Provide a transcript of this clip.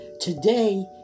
Today